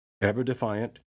Ever-defiant